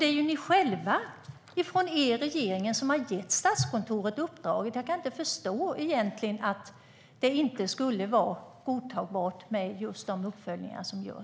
Det var er regering som gav Statskontoret uppdraget. Jag kan inte förstå att det inte skulle vara godtagbart med dessa uppföljningar.